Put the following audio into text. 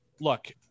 look